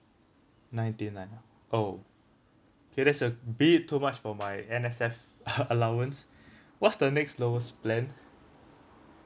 ninety nine oh okay that's a bit too much for my N_S_F allowance what's the next lowest plan